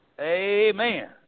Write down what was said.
Amen